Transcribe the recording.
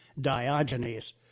Diogenes